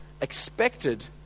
expected